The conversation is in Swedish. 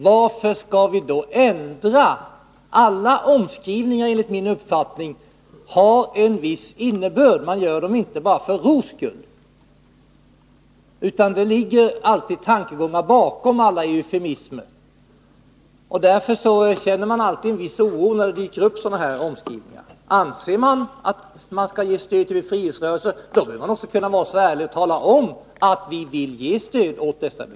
Varför skall vi nu ändra den? Alla omskrivningar har enligt min uppfattning en viss innebörd. Man gör dem inte bara för ro skull, utan det ligger alltid tankegångar bakom sådana här eufemismer. Därför känner man en viss oro, när de dyker upp. Anser man som sagt att befrielserörelser skall få stöd, då bör man också vara ärlig och tala om att man vill ge dem det.